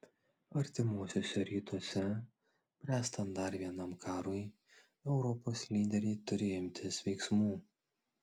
artimuosiuose rytuose bręstant dar vienam karui europos lyderiai turi imtis veiksmų